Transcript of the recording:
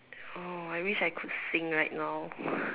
oh I wish I could sing right now